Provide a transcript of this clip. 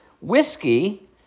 Whiskey